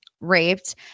raped